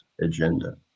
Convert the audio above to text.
agenda